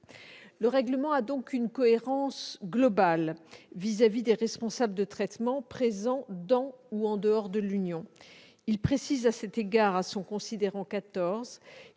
Le règlement a donc une cohérence globale vis-à-vis des responsables de traitement présents dans ou en dehors de l'Union. Il précise à cet égard, à son considérant 14,